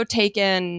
taken